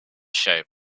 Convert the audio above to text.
shape